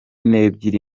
n’ebyiri